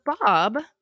Bob